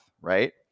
right